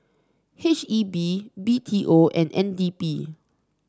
H E B B T O and N D P